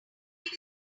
give